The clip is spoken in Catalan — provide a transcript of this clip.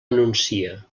anuncia